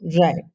Right